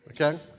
Okay